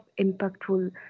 impactful